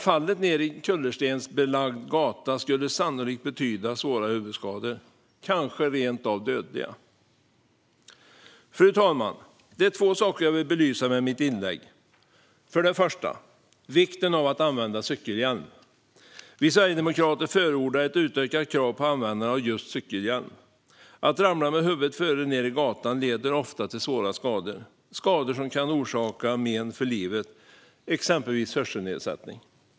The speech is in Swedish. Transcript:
Fallet ned i en kullerstensbelagd gata skulle sannolikt betyda svåra eller kanske rent av dödliga huvudskador. Fru talman! Det är två saker som jag vill belysa med mitt inlägg. För det första gäller det vikten av att använda cykelhjälm. Vi sverigedemokrater förordar ett utökat krav på användandet av just cykelhjälm. Att ramla med huvudet före ned i gatan leder ofta till svåra skador som kan orsaka men för livet, exempelvis hörselnedsättning.